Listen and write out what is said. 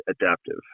adaptive